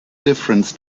difference